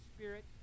Spirit